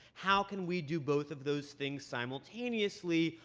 how can we do both of those things simultaneously?